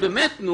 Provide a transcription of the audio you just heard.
די, באמת.